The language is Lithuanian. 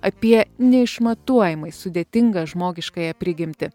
apie neišmatuojamai sudėtingą žmogiškąją prigimtį